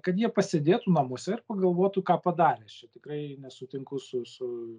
kad jie pasėdėtų namuose ir pagalvotų ką padarė aš čia tikrai nesutinku su su